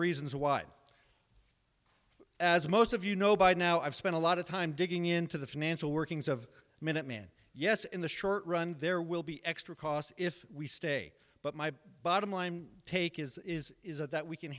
reasons why as most of you know by now i've spent a lot of time digging into the financial workings of minutemen yes in the short run there will be extra costs if we stay but my bottom line take is is that we can